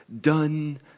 done